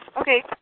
Okay